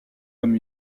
comme